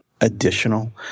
additional